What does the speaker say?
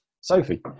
Sophie